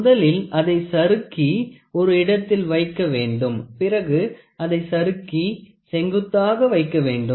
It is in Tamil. முதலில் அதை சறுக்கி ஒரு இடத்தில் வைக்க வேண்டும் பிறகு அதை சறுக்கி செங்குத்தாக வைக்க வேண்டும்